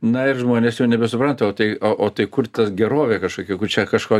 na ir žmonės jau nebesupranta o tai o tai kur ta gerovė kažkokia kur čia kažko